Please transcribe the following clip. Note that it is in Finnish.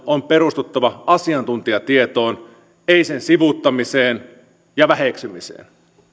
on perustuttava asiantuntijatietoon ei sen sivuuttamiseen ja väheksymiseen